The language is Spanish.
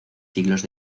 siglos